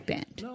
Band